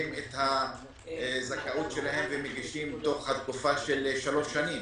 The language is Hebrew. את זכאותם ומגישים תוך התקופה של שלוש שנים,